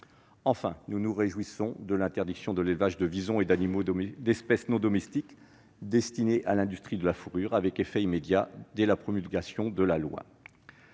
Enfin, nous nous réjouissons de l'interdiction de l'élevage de visons et d'animaux d'espèces non domestiques destinés à l'industrie de la fourrure, avec effet immédiat dès la promulgation de la loi.